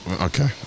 Okay